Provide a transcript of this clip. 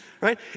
Right